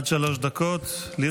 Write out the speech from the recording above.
עד שלוש דקות לרשותך.